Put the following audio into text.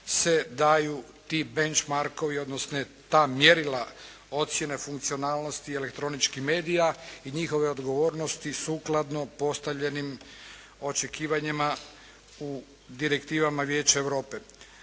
se daju ti bench markovi odnosno ta mjerila, ocjene funkcionalnosti elektroničkih medija i njihove odgovornosti sukladno postavljenim očekivanjima u direktivama Vijeća Europe.